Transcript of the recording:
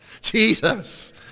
Jesus